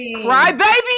crybaby